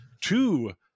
two